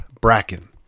Bracken